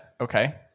Okay